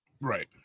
right